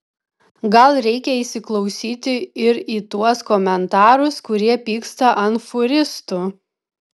gal reikia įsiklausyti ir į tuos komentarus kurie pyksta ant fūristų